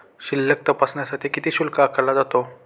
शिल्लक तपासण्यासाठी किती शुल्क आकारला जातो?